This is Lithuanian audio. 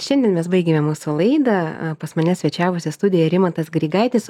šiandien mes baigėme mūsų laidą pas mane svečiavosi studijoje rimantas grigaitis